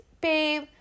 Babe